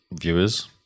viewers